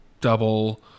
double